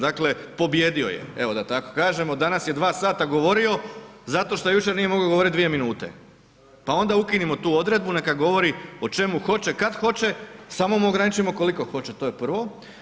Dakle, pobijedio je evo da tako kažem, danas je 2 sata govorio zato što jučer nije mogo govorit 2 minute, pa onda ukinimo tu odredbu neka govori o čemu hoće, kad hoće samo mu ograničimo koliko hoće, to je prvo.